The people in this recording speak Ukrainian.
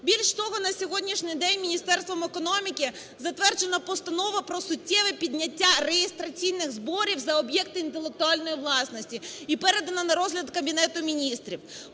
Більш того, на сьогоднішній день Міністерством економіки затверджена Постанова про суттєве підняття реєстраційних зборів за об'єкти інтелектуальної власності і передана на розгляд Кабінету Міністрів.